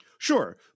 Sure